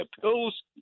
pills